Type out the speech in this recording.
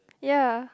ya